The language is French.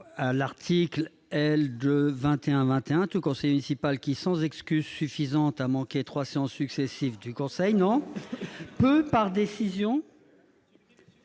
l'article L de 21 21 tout conseiller municipal qui sans excuse suffisante, a manqué 300 successives du Conseil n'en peut, par décision.